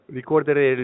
ricordare